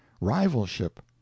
rivalship